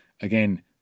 again